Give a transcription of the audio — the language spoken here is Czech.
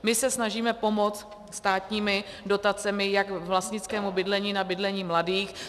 My se snažíme pomoct státními dotacemi jak vlastnickému bydlení na bydlení mladých.